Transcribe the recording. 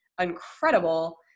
incredible